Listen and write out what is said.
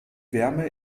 wärme